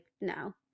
no